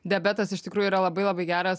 diabetas iš tikrųjų yra labai labai geras